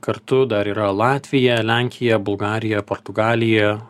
kartu dar yra latvija lenkija bulgarija portugalija